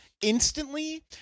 instantly